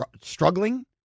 Struggling